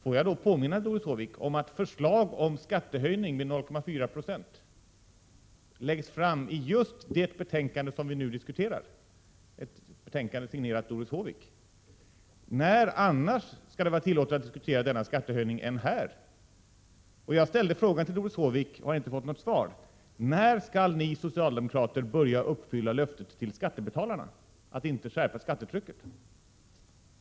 Låt mig då påminna Doris Håvik om att förslag om skattehöjning med 0,4 76 läggs fram i just det betänkande som vi nu diskuterar, ett betänkande signerat Doris Håvik. När annars skall det vara tillåtet att diskutera denna skattehöjning om inte i dag? Jag ställde frågan till Doris Håvik och har inte fått något svar: När skall ni socialdemokrater börja uppfylla löftet till skattebetalarna att inte skärpa skattetrycket?